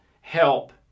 help